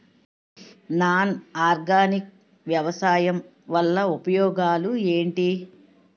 Non organic వ్యవసాయం వల్ల ఉపయోగాలు ఏంటీ?